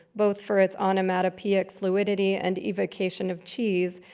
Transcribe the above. both for its onomatopoeic fluidity and evocation of cheese,